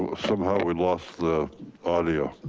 um somehow we lost the audio.